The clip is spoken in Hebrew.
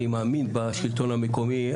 אני מאמין בשלטון המקומי,